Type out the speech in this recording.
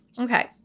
Okay